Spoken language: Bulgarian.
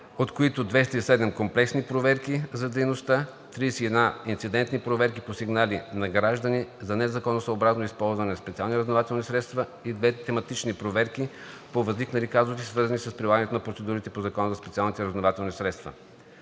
от които 207 комплексни проверки за дейността, 31 инцидентни проверки по сигнали на граждани за незаконосъобразно използване на специални разузнавателни средства и 2 тематични проверки по възникнали казуси, свързани с прилагането на процедурите по Закона за специалните разузнавателни средства.